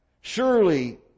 Surely